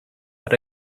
but